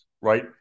right